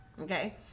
Okay